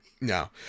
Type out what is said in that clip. No